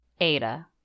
Ada